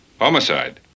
Homicide